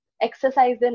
exercise